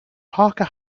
parker